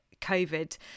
COVID